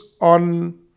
on